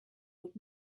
would